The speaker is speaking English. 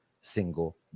single